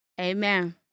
Amen